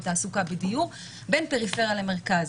בתעסוקה ובדיור בין פריפריה לבין המרכז.